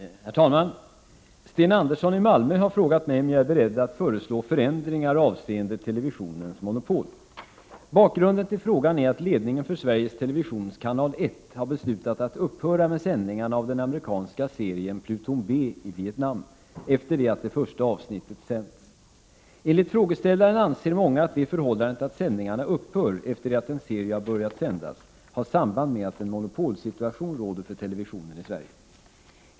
Herr talman! Sten Andersson i Malmö har frågat mig om jag är beredd att föreslå förändringar avseende televisionens monopol. Bakgrunden till frågan är att ledningen för Sveriges Televisions Kanal 1 har beslutat att upphöra med sändningarna av den amerikanska serien ”Pluton B i Vietnam” efter det att det första avsnittet sänts. Enligt frågeställaren anser många att det förhållandet att sändningarna upphör, efter det att en serie har börjat sändas, har samband med att en monopolsituation råder för televisionen i Sverige.